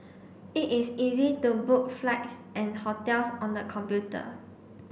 it is easy to book flights and hotels on the computer